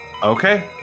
Okay